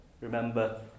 Remember